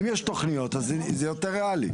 אם יש תוכניות אז זה יותר ריאלי.